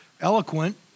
Eloquent